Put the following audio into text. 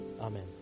Amen